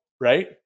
right